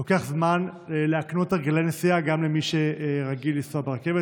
לוקח זמן להקנות הרגלי נסיעה גם למי שרגיל לנסוע ברכבת,